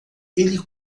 ele